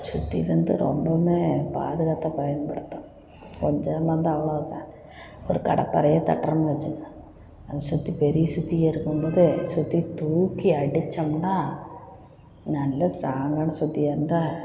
சுத்தி வந்து ரொம்பவும் பாதுகாப்பாக பயன்படுத்தணும் கொஞ்சம் ஏமாந்தால் அவ்வளோவு தான் ஒரு கடப்பாறையை தட்டுறோம்னு வச்சிக்கங்க அந்த சுத்தி பெரிய சுத்தியாக இருக்கும் போது சுத்தி தூக்கி அடித்தோம்னா நல்ல ஸ்ட்ராங்கான சுத்தியாக இருந்தால்